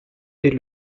est